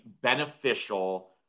beneficial